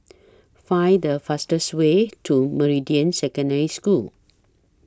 Find The fastest Way to Meridian Secondary School